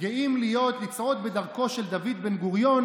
"גאים לצעוד בדרכו של דוד בן גוריון,